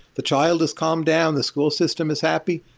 the child is calm down. the school system is happy.